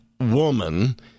woman